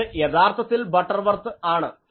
ഇത് യഥാർത്ഥത്തിൽ ബട്ടർവർത്ത് ആണ്